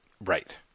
Right